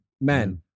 men